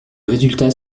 résultats